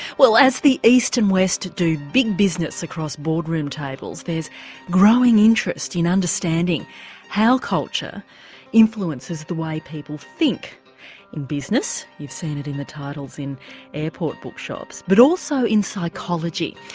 well as the east and west do big business across boardroom tables, there's growing interest in understanding how culture influences the way people think in business, you've seen it in the titles in airport bookshops, but also in psychology.